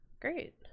Great